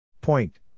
Point